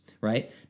right